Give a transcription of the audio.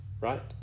right